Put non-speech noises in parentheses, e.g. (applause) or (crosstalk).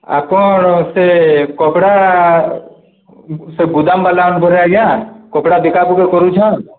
ଆପଣ ସେ କପଡ଼ା ସେ ଗୋଦାମବାଲା (unintelligible) ପରା ଆଜ୍ଞା କପଡ଼ା ବିକା ବିକି କରୁଛନ୍ତି